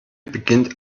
beginnt